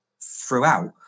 throughout